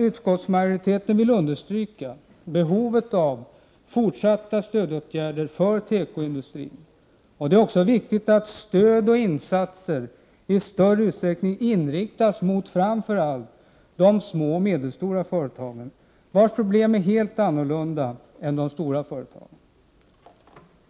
Utskottsmajoriteten vill dock understryka behovet av fortsatta stödåtgärder för tekoindustrin. Det är också viktigt att stöd och insatser i större utsträckning inriktas mot framför allt de små och medelstora företagen, vilkas problem är helt annorlunda än de stora företagens.